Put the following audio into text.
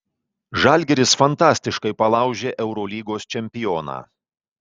žalgiris fantastiškai palaužė eurolygos čempioną